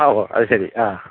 ആ ഓ അത് ശരി ആ